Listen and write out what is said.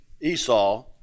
Esau